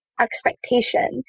expectation